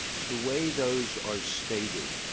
the way those are stated,